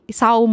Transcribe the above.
sau